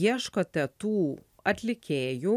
ieškote tų atlikėjų